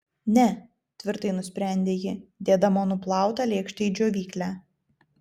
ne tvirtai nusprendė ji dėdama nuplautą lėkštę į džiovyklę